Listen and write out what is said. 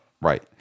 right